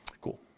Cool